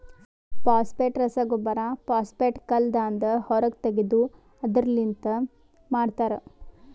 phosphate ರಸಗೊಬ್ಬರ phosphate ಕಲ್ಲದಾಂದ ಹೊರಗ್ ತೆಗೆದು ಅದುರ್ ಲಿಂತ ಮಾಡ್ತರ